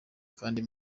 kandi